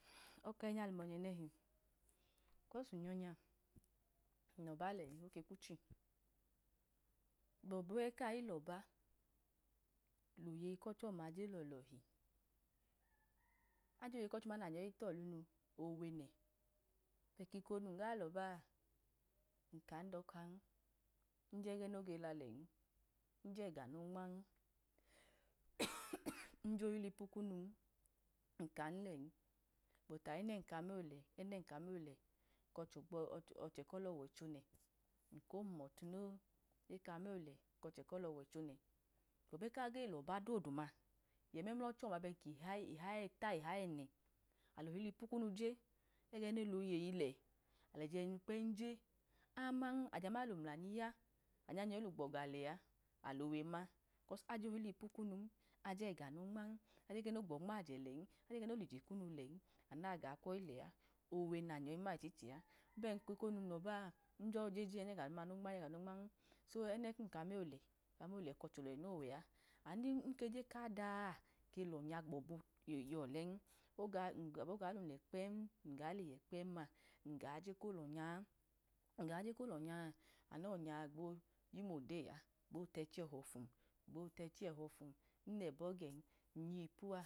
Ọka enya lunọnje, nẹhi, kọs nyọnya, nlo̱ba lẹ oke kwu chum, gbọbu ẹ kayilọbu liye kọchọma je lọlo̱hi, oje iye kọchọnan nanyọyi klọnu, owe ne beti eko num ga lọba a nkam dọka njegẹ noge lalen njega nonman njohilipu kunu nkan len, nka enẹm kaniyọ lẹ ayi nem kamiyọ lẹ o̱chẹ kọlọwọibo nẹ nko̱ lẹ trumọtu no ekamiyọ kọchẹ kẹlọwọibo ne, gbobu ẹ kayi lọba doduma, yẹ memlọche ọma ben kichayi ẹta ihayi ẹnẹ, alolilipu kunu je egạ noyi loyeyi lẹ alẹjenu kpem je aman ajana lomlayi ya anu naoyọyi lugbọga lẹn, alowẹ na ajohilipu kunu, ajẹga no nman, ajegẹ no gbọnmajẹ lẹn, ajegẹ no lije kunu len, amu naga kwoyi lẹa, owe na nyọyi ma ichichi, ẹchi num dọka olọba a, njọ jeje ẹno, njega duma nman njega no nman, ẹnẹkum kamiyọ le kamiyo ọchẹ olọli nowẹa, anu noke je kadaa lọnya gbọbu nobi olẹn, abo galum lẹ num le yẹ kpemvma, mun ga je ko lọnya, abum ga je ko lọnya a, amu no̱nya gbo yum odeyi a gbo techi ẹtrọ fum gbo techi ẹtrọ fum n lẹbọ gen, n yipu a.